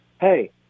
Hey